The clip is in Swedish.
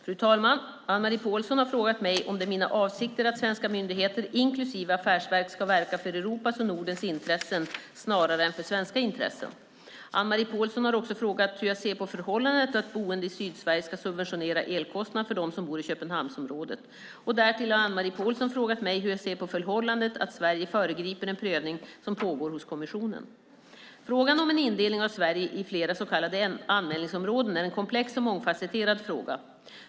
Fru talman! Anne-Marie Pålsson har frågat mig om det är mina avsikter att svenska myndigheter inklusive affärsverk ska verka för Europas och Nordens intressen snarare än för svenska intressen. Anne-Marie Pålsson har också frågat hur jag ser på förhållandet att boende i Sydsverige ska subventionera elkostnaden för dem som bor i Köpenhamnsområdet. Därtill har Anne-Marie Pålsson frågat mig hur jag ser på förhållandet att Sverige föregriper en prövning som pågår hos kommissionen. Frågan om en indelning av Sverige i flera så kallade anmälningsområden är en komplex och mångfacetterad fråga.